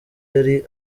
yari